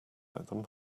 them